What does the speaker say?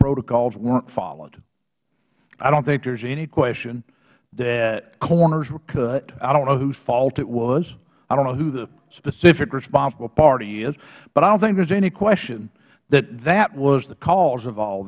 protocols weren't followed i don't think there's any question that corners were cut i don't know whose fault it was i don't know who the specific responsible party is but i don't think there's any question that that was the cause of all